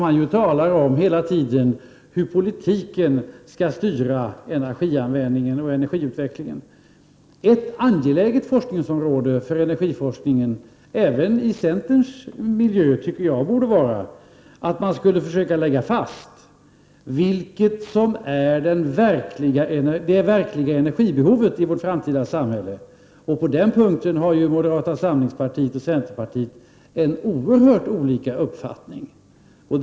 Han talar nämligen hela tiden om hur politiken skall styra energianvändningen och energiutvecklingen. Ett angeläget område för energiforskningen även i centerns miljö tycker jag borde vara att försöka lägga fast vilket det verkliga energibehovet är i vårt framtida samhälle. På den punkten har moderata samlingspartiet och centerpartiet helt olika uppfattningar.